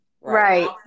right